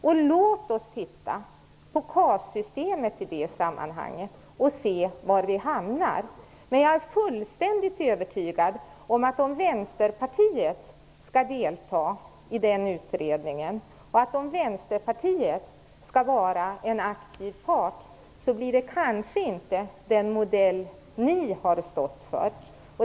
Och låt oss titta på KAS-systemet i det sammanhanget och se var vi hamnar! Jag är fullständigt övertygad om att det, om Vänsterpartiet skall delta i utredningen och om Vänsterpartiet skall vara en aktiv part, kanske inte blir den modell som ni har stått för.